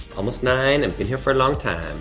almost nine and been here for a long time